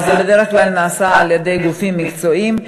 אבל זה בדרך כלל נעשה על-ידי גופים מקצועיים.